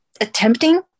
attempting